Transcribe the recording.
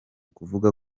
kuvuga